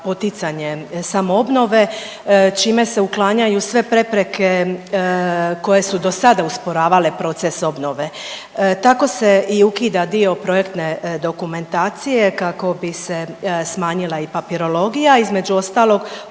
poticanje samoobnove čime se uklanjaju sve prepreke koje su dosada usporavale proces obnove. Tako se i ukida dio projektne dokumentacije kako bi se smanjila i papirologija. Između ostalog